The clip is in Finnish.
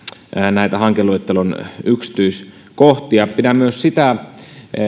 näitä hankeluettelon yksityiskohtia pidän merkittävänä myös sitä